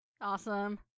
Awesome